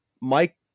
Mike